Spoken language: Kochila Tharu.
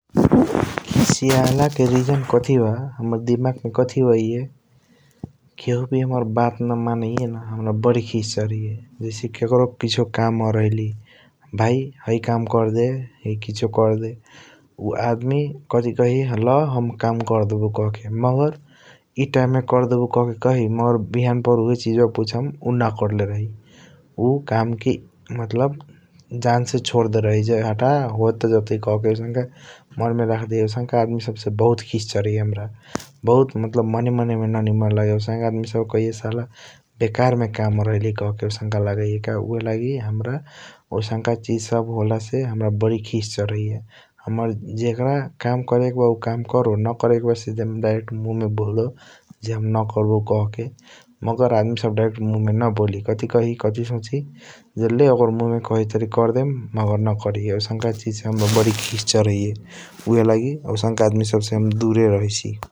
खिसियाल के रीज़न कथी बा हाम्रा दिमाग मे कथी आबाइया केहु वी हाम्रा बात न मनैय न हाम्रा बारी खीस चराइहाय । जैसे ककरों किसियों काम आरैली भाई है काम करदे चाहे किसियों करदे उ आदमी कथी काही ला हम करदेबाऊ कहके । मगर ई टाइम मे करदेबाऊ कहके काही मगर बिहान पहर उहाय चीज पुक्षम उ न करले रही उ काम के मतलब जन से सोरदेले रही । हटअ ज होता जतई कहके आउसनक मन मे रखा लिया आउसनका आदमी सब से बहुत खीस चराइहाय हाम्रा बहुत मतलब मने मने ननीमान लागैया । आउसनका आदमी सब के कहैया साल बेकार मे काम आरैली कहके आउंसका लागैया का ऊहएलगी हाम्रा आउसाँक चीज सब होला से । हाम्रा बारी खीस चराइहाया हाम्रा जकार काम कारेबा ओकर करो नकारे क बा ज डायरेक्ट मुह मे बोलडो ज हम न करबाऊ कहके मगर आदमी सब । डायरेक्ट मुह मे न बोली कथी काही कथी सोची ले ओकर मुह मे बोलित बारी करदेम मगर नक्रम आउबस्क चीज से बारी खीस चराइहाय ऊहएलगी आउसनका आदमी सब से दूर रहाइसी ।